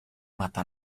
mata